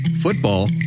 football